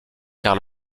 car